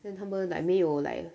then 他们 like 没有 like